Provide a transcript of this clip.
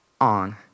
on